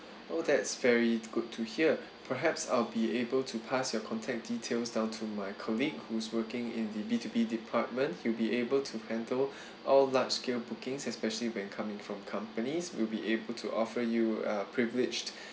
oh that's very good to hear perhaps I'll be able to pass your contact details down to my colleague who's working in the B to B department he'll be able to handle all large scale bookings especially when coming from companies we'll be able to offer you a privileged